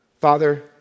Father